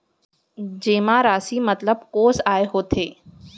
जेमा राशि मतलब कोस आय होथे?